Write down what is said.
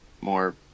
more